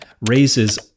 raises